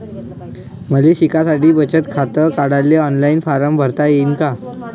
मले शिकासाठी बचत खात काढाले ऑनलाईन फारम भरता येईन का?